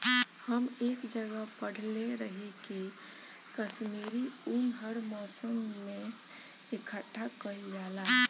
हम एक जगह पढ़ले रही की काश्मीरी उन हर मौसम में इकठ्ठा कइल जाला